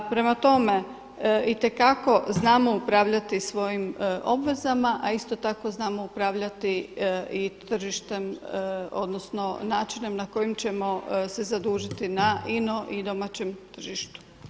Prema tome, itekako znamo upravljati svojim obvezama a isto tako znamo upravljati i tržištem, odnosno načinom na kojim ćemo se zadužiti na inom i domaćem tržištu.